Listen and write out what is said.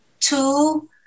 two